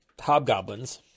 hobgoblins